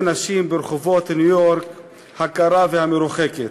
נשים ברחובות ניו-יורק הקרה והמרוחקת,